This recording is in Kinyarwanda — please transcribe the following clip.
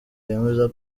yemeza